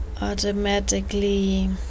automatically